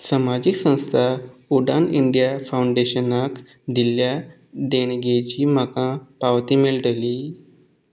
समाजीक संस्था उडान इंडिया फावंडेशनाक दिल्ल्या देणगेची म्हाका पावती मेळटली